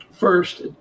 first